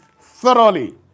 thoroughly